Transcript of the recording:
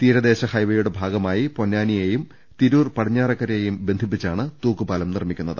തീരദേശ ഹൈവേയുടെ ഭാഗമായി പൊന്നാനിയെയും തിരൂർ പടിഞ്ഞാറെക്കരയെയും ബന്ധിപ്പിച്ചാണ് തൂക്കുപാലം നിർമ്മിക്കുന്നത്